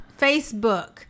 Facebook